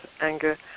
anger